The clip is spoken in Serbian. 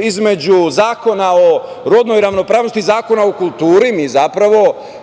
između Zakona o rodnoj ravnopravnosti i Zakona o kulturi mi zapravo